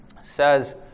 says